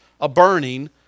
a-burning